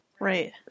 Right